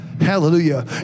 Hallelujah